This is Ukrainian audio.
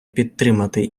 підтримати